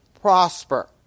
prosper